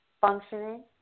functioning